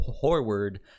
forward